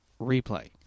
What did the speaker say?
replay